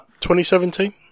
2017